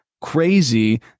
crazy